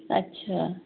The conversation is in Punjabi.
ਅੱਛਾ